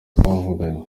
twavuganye